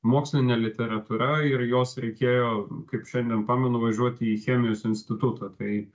mokslinė literatūra ir jos reikėjo kaip šiandien pamenu važiuoti į chemijos institutą tai